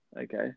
Okay